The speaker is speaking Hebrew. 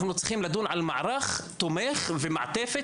אנחנו צריכים לדון על מערך תומך ומעטפת,